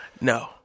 No